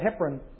heparin